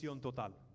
total